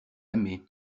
aimé